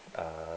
uh